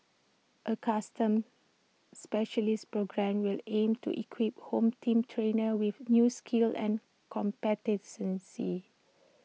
A custom specialist programme will aim to equip home team trainers with new skills and competencies